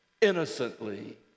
innocently